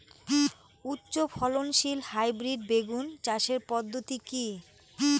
উচ্চ ফলনশীল হাইব্রিড বেগুন চাষের পদ্ধতি কী?